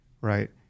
right